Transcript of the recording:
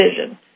vision